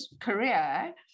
career